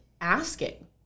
asking